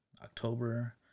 october